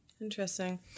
Interesting